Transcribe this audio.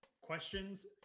questions